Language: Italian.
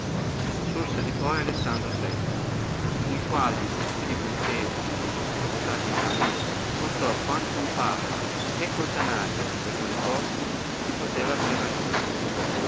surse di poi lessandro il quale di tutti pontefici che sono stati mai monstrò quanto uno papa e con il danaio e con le forze si poteva prevalere